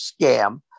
scam